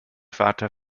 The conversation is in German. vater